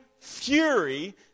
fury